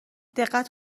دقت